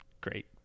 great